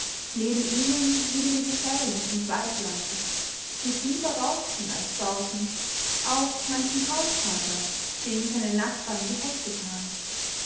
neben ihnen wilde gesellen und waldläufer die sich lieber rauften als bauten auch manchen hausvater dem seine nachbarn gehässig waren